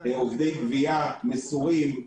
עובדי גבייה מסורים,